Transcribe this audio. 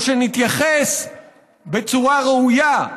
או שנתייחס בצורה ראויה,